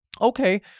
Okay